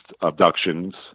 abductions